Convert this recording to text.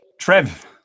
Trev